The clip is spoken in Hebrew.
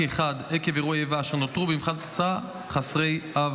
עקב אירועי איבה, אשר נותרו במבחן התוצאה חסרי אב